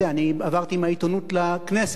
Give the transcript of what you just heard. אני עברתי מהעיתונות לכנסת,